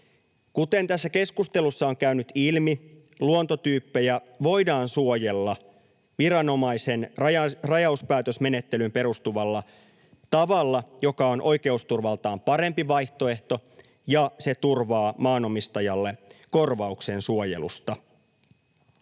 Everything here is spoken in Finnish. Kuten tässä keskustelussa on käynyt ilmi, luontotyyppejä voidaan suojella viranomaisen rajauspäätösmenettelyyn perustuvalla tavalla, joka on oikeusturvaltaan parempi vaihtoehto ja joka turvaa maanomistajalle korvauksen suojelusta.